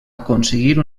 aconseguir